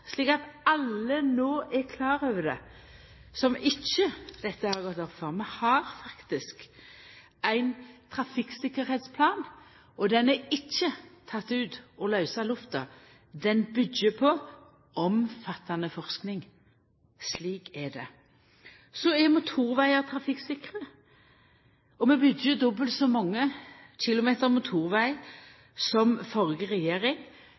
slik at alle som dette ikkje har gått opp for, no er klar over det: Vi har faktisk ein trafikktryggleiksplan. Han er ikkje teken ut av lause lufta, han byggjer på omfattande forsking. Slik er det. Motorvegar er trafikksikre, og vi byggjer dobbelt så mange kilometer motorveg som førre regjering